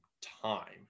time